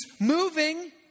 moving